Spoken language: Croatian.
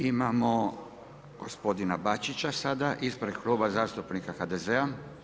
Imamo gospodina Bačića sada ispred Kluba zastupnika HDZ-a.